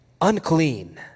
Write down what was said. unclean